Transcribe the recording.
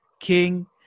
King